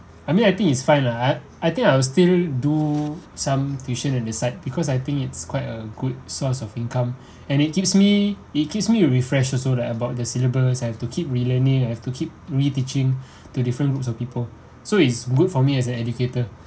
I mean I think it's fine lah I think I will still do some tuition on the side because I think it's quite a good source of income and it gives me it gives me a refresh also like about the syllabus I have to keep re-learning I have to keep re-teaching to different groups of people so it's good for me as an educator